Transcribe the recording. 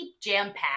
jam-packed